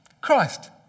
Christ